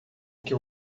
que